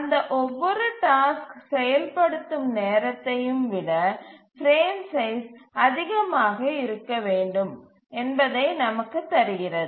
அந்த ஒவ்வொரு டாஸ்க் செயல்படுத்தும் நேரத்தையும் விட பிரேம் சைஸ் அதிகமாக இருக்க வேண்டும் என்பதை நமக்குத் தருகிறது